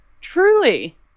Truly